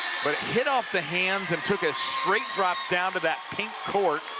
but it hitoff the hands and took a straight drop down to that pink court.